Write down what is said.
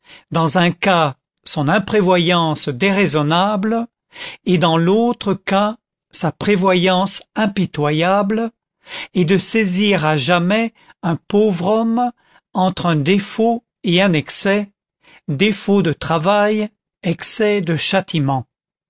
dans un cas son imprévoyance déraisonnable et dans l'autre cas sa prévoyance impitoyable et de saisir à jamais un pauvre homme entre un défaut et un excès défaut de travail excès de châtiment